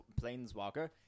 planeswalker